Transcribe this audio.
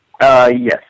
yes